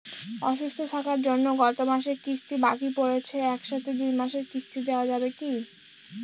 অসুস্থ থাকার জন্য গত মাসের কিস্তি বাকি পরেছে এক সাথে দুই মাসের কিস্তি দেওয়া যাবে কি?